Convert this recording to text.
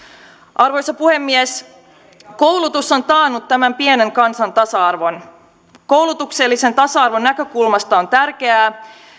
arvoisa puhemies koulutus on taannut tämän pienen kansan tasa arvon koulutuksellisen tasa arvon näkökulmasta on tärkeää